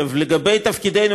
לגבי תפקידנו,